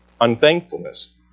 unthankfulness